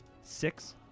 six